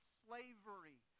slavery